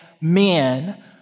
men